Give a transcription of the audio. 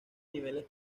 niveles